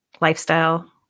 lifestyle